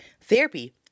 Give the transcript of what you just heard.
therapy